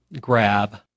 grab